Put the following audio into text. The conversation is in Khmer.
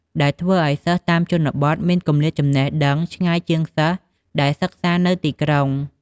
ដែលធ្វើឲ្យសិស្សតាមជនបទមានគម្លាតចំណេះដឹងឆ្ងាយជាងសិស្សដែលសិក្សានៅទីក្រុង។